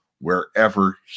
wherever